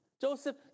Joseph